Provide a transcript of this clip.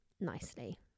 nicely